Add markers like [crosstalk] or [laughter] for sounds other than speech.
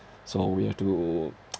so we have to [noise]